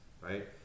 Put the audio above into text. right